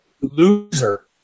Loser